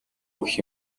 өгөх